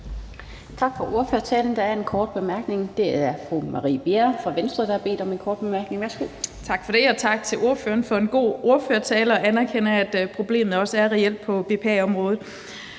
Tak for ordførertalen. Der er en kort bemærkning. Det er fru Marie Bjerre fra Venstre, der har bedt om en kort bemærkning. Værsgo. Kl. 20:03 Marie Bjerre (V): Tak for det. Og tak til ordføreren for en god ordførertale og for at anerkende, at problemet også er reelt på BPA-området.